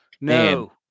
no